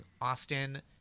Austin